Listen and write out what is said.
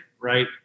right